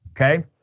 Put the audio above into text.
okay